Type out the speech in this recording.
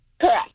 correct